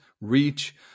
reach